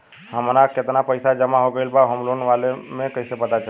हमार केतना पईसा जमा हो गएल बा होम लोन वाला मे कइसे पता चली?